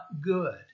good